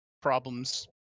problems